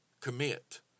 commit